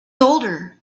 older